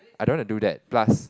I don't want to do that plus